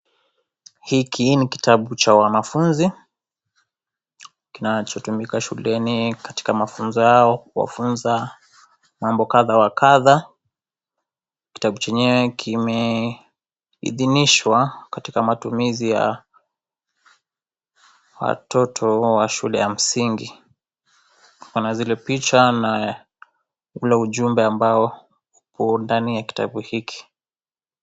Hiki ni kitabu cha wanafunzi, kinachotumika shuleni katika mafunzo yao kuwafunza mambo kadha wa kadha, kitabu chenye we kimeidhinishwa, katika matumizi ya watoto wa shule ya msingi. Ona zile picha na ule ujumbe ambao u ndani ya kitabu hiki.